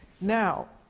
now,